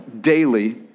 daily